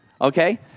okay